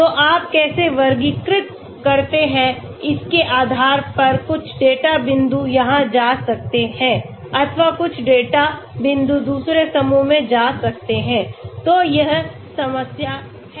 तो आप कैसे वर्गीकृत करते हैं इसके आधार पर कुछ डेटा बिंदु यहां जा सकते हैं अथवा कुछ डेटा बिंदु दूसरे समूह में जा सकते हैं तो यह समस्या है